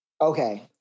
Okay